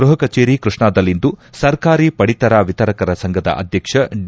ಗೃಹ ಕಚೇರಿ ಕೃಷ್ಣಾದಲ್ಲಿಂದು ಸರ್ಕಾರಿ ಪಡಿತರ ವಿತರಕರ ಸಂಘದ ಅಧ್ಯಕ್ಷ ಡಿ